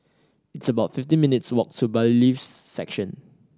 it's about fifteen minutes' walk to Bailiffs' Section